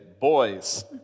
boys